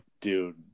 dude